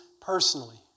personally